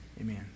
Amen